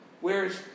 whereas